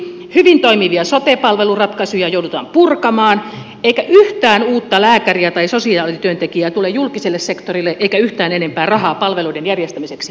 hyvin toimivia sote palveluratkaisuja joudutaan purkamaan eikä yhtään uutta lääkäriä tai sosiaalityöntekijää tule julkiselle sektorille eikä yhtään enempää rahaa palveluiden järjestämiseksi